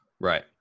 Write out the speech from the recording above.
right